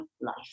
life